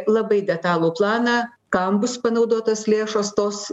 labai detalų planą kam bus panaudotos lėšos tos